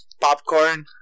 popcorn